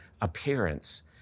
appearance